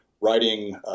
writing